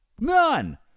None